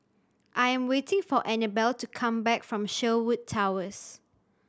I am waiting for Annabelle to come back from Sherwood Towers